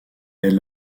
est